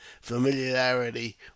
familiarity